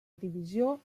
divisió